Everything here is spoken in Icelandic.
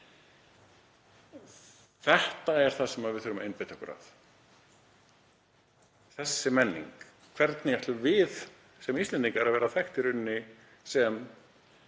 Þetta er það sem við þurfum að einbeita okkur að, þessi menning. Hvernig ætlum við sem Íslendingar að vera þekkt fyrir